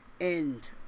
end